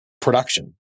production